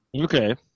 Okay